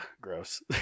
gross